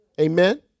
Amen